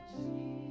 Jesus